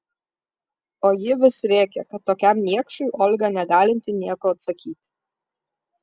o ji vis rėkė kad tokiam niekšui olga negalinti nieko atsakyti